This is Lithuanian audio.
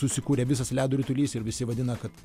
susikūrė visas ledo ritulys ir visi vadina kad